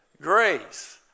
grace